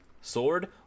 Sword